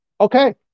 Okay